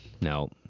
no